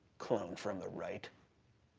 clone from the right.